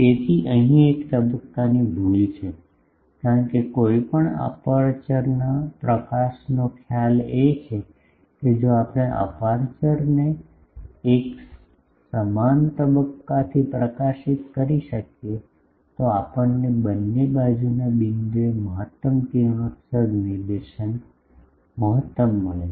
તેથી અહીં એક તબક્કાની ભૂલ છે કારણ કે કોઈ પણ અપેરચ્યોરના પ્રકાશનો ખ્યાલ એ છે કે જો આપણે અપેરચ્યોરને એક સમાન તબક્કાથી પ્રકાશિત કરી શકીએ તો આપણને બંને બાજુના બિંદુએ મહત્તમ કિરણોત્સર્ગ નિર્દેશન મહત્તમ મળે છે